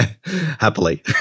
Happily